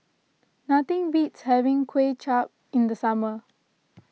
nothing beats having Kuay Chap in the summer